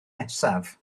nesaf